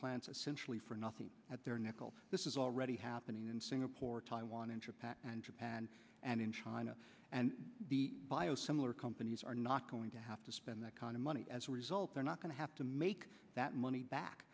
plants essentially for nothing at their nickel this is already happening in singapore taiwan and japan and japan and in china and the bio similar companies are not going to have to spend that kind of money as a result they're not going to have to make that money back